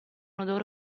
odore